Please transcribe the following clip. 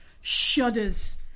shudders